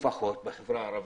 לפחות בחברה הערבית,